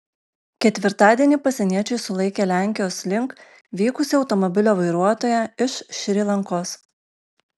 ketvirtadienį pasieniečiai sulaikė lenkijos link vykusį automobilio vairuotoją iš šri lankos